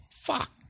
fuck